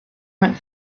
went